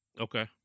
Okay